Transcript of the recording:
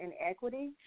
inequity